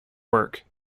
work